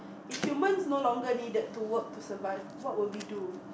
if humans no longer needed to work to survive what would we do